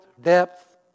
depth